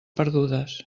perdudes